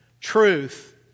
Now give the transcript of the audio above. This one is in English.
Truth